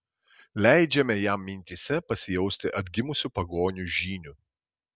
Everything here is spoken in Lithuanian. leidžiame jam mintyse pasijausti atgimusiu pagonių žyniu